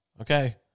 Okay